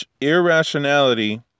irrationality